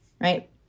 right